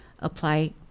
apply